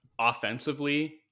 offensively